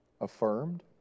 affirmed